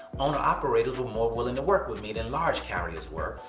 owner operators were more willing to work with me than large carriers were.